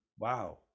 wow